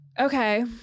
Okay